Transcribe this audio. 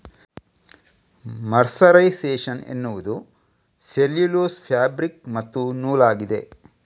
mercerisation ಎನ್ನುವುದು cellulose fabric ಮತ್ತು ನೂಲಾಗಿದೆ